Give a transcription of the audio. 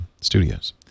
studios